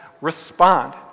Respond